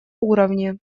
уровне